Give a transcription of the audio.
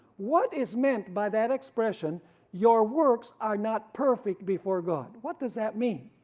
what is meant by that expression your works are not perfect before god, what does that mean?